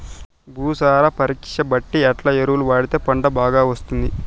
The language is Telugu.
భూసార పరీక్ష బట్టి ఎట్లా ఎరువులు వాడితే పంట బాగా వస్తుంది?